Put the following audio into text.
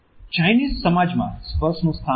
Chinese સમાજમાં સ્પર્શનું સ્થાન નથી